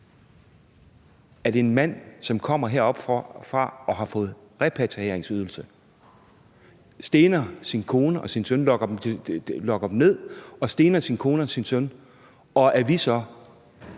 at en mand, som kommer herfra og har fået repatrieringsydelse, stener sin kone og sin søn, lokker dem ned og stener dem, og at vi så udbetaler